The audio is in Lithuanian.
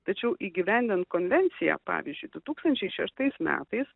tačiau įgyvendinti konvencija pavyzdžiui du tūkstančiai šeštais metais